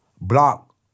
block